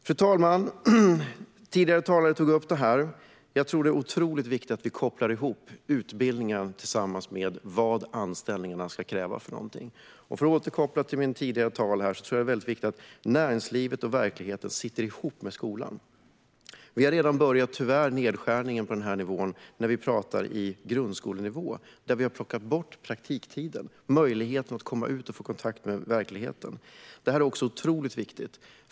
Fru talman! Tidigare talare tog upp detta. Jag tror att det är otroligt viktigt att vi kopplar ihop utbildningen med vad anställningarna ska kräva för någonting. Och för att återkoppla till mitt tidigare tal här ska jag säga att jag tror att det är väldigt viktigt att näringslivet och verkligheten sitter ihop med skolan. Vi har tyvärr redan påbörjat nedskärningen av detta när det gäller grundskolenivån. Där har vi plockat bort praktiktiden och möjligheten för elever att komma ut i och få kontakt med verkligheten. Detta är otroligt viktigt.